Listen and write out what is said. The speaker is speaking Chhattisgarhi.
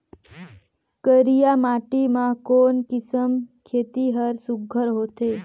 करिया माटी मा कोन किसम खेती हर सुघ्घर होथे?